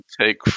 take